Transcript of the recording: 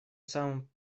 самым